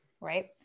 right